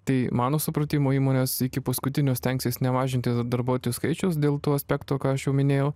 tai mano supratimu įmonės iki paskutinio stengsis nemažinti darbuotojų skaičiaus dėl tų aspektų ką aš jau minėjau